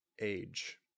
Age